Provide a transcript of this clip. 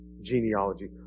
genealogy